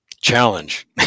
challenge